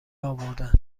آوردن